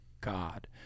God